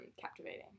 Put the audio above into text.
captivating